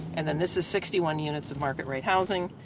and then this is sixty one units of market-rate housing.